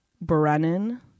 Brennan